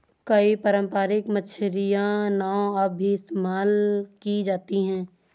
कई पारम्परिक मछियारी नाव अब भी इस्तेमाल की जाती है